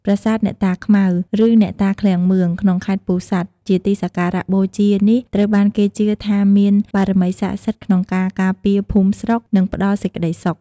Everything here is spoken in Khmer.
ប្រាសាទអ្នកតាខ្មៅ ឬអ្នកតាឃ្លាំងមឿង ក្នុងខេត្តពោធិ៍សាត់ ជាទីសក្ការៈបូជានេះត្រូវបានគេជឿថាមានបារមីស័ក្តិសិទ្ធិក្នុងការការពារភូមិស្រុក និងផ្តល់សេចក្ដីសុខ។